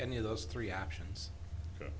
any of those three options